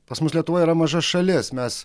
pas mus lietuva yra maža šalis mes